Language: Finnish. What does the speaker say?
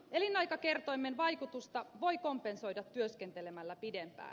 elinaikakertoimen vaikutusta voi kompensoida työskentelemällä pidempään